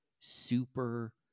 super